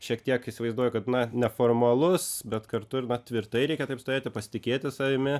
šiek tiek įsivaizduoju kad na neformalus bet kartu na tvirtai reikia taip stovėti pasitikėti savimi